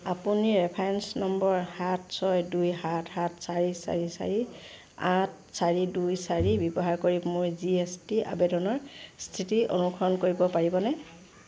আপুনি reference number সাত ছয় দুই সাত সাত চাৰি চাৰি চাৰি আঠ চাৰি দুই চাৰি ব্যৱহাৰ কৰি মোৰ জি এছ টি আবেদনৰ স্থিতি অনুসৰণ কৰিব পাৰিবনে